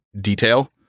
detail